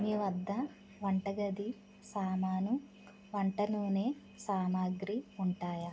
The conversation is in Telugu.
మీ వద్ద వంటగది సామాను వంట నూనె సామాగ్రి ఉంటాయా